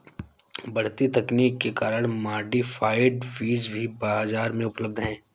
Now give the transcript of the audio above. बढ़ती तकनीक के कारण मॉडिफाइड बीज भी बाजार में उपलब्ध है